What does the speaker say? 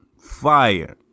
fire